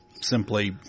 simply